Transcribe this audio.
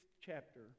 chapter